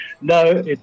No